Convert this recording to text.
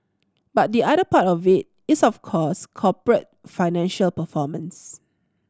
but the other part of it is of course corporate financial performance